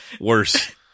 Worse